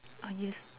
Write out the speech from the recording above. ah yes